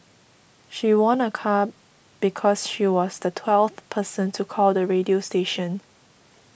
she won a car because she was the twelfth person to call the radio station